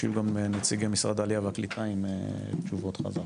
כשהיו גם נציגי משרד העלייה והקליטה עם תשובות חזרה.